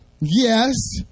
Yes